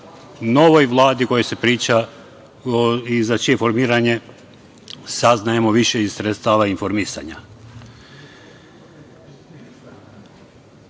novoj Vladi o kojoj se priča i za čije formiranje saznajemo više iz sredstava informisanja.